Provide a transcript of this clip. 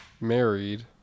Married